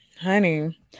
honey